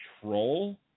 troll